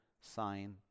sign